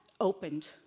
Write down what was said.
opened